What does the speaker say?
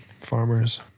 Farmers